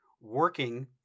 working